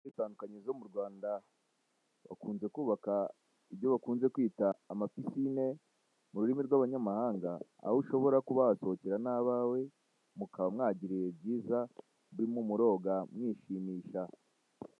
Hoteli zitandukanye zo mu Rwanda bakunze kubaka ibyo bakunze kwita amapisine mu rurimi rw'abanyamahanga aho ushobora kuba wahasohokera nabawe mukaba mwahagirira ibihe byiza murimo muroga mwishimisha .